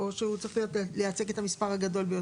או שהוא צריך לייצג את המספר הגדול ביותר?